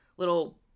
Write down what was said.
Little